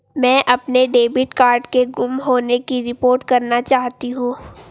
मैं अपने debit card के गुम होने की रिपोर्ट करना चाहती हूँ